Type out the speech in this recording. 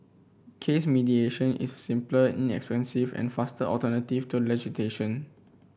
case mediation is a simpler inexpensive and faster alternative to